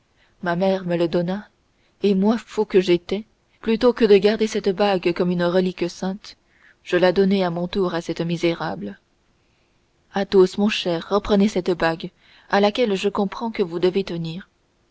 ma mère me le donna et moi fou que j'étais plutôt que de garder cette bague comme une relique sainte je la donnai à mon tour à cette misérable alors mon cher reprenez cette bague à laquelle je comprends que vous devez tenir